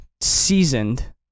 seasoned